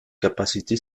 capacité